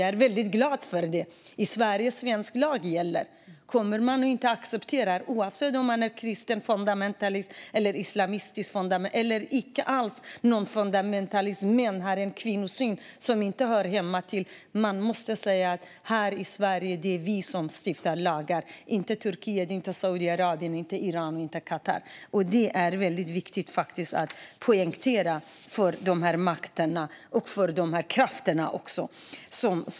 Jag är väldigt glad över det. I Sverige gäller svensk lag. Kommer man hit måste man acceptera det, oavsett om man är kristen fundamentalist, är islamistisk fundamentalist eller inte är någon fundamentalist alls men har en kvinnosyn som inte hör hemma här. Man måste säga att det är vi som stiftar lagarna, inte Turkiet, Saudiarabien, Iran eller Qatar. Det är väldigt viktigt att poängtera det för dessa krafter och för dem som har makt.